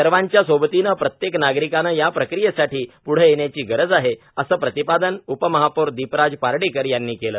सर्वाच्या सोबतीने प्रत्येक नागरिकाने या प्रक्रियेसाठी प्वं येण्याची गरज आहे असं प्रतिपादन उपमहापौर दीपराज पार्डीकर यांनी केलं